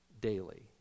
daily